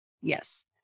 Yes